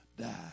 die